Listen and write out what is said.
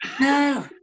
No